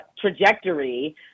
trajectory